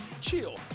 CHILL